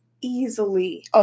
easily